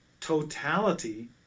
totality